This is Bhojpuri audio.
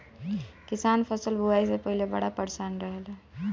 किसान फसल बुआई से पहिले बड़ा परेशान रहेला